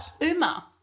Uma